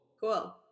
Cool